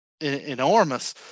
enormous